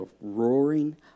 roaring